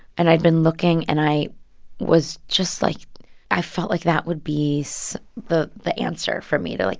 and i'd been looking, and i was just like i felt like that would be so the the answer for me to, like,